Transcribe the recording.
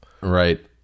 Right